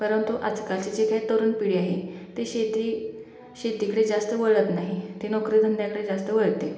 परंतु आजकालची जे काय तरुण पिढी आहे ते शेती शेतीकडे जास्त वळत नाही ते नोकरी धंद्याकडे जास्त वळते